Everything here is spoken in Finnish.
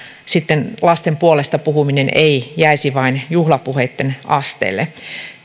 sitten lasten puolesta puhuminen ei jäisi vain juhlapuheitten asteelle